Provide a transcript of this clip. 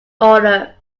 order